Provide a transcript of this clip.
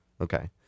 Okay